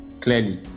clearly